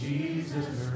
Jesus